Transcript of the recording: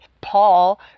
Paul